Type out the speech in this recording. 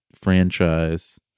franchise